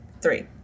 three